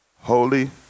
holy